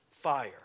fire